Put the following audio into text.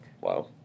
Wow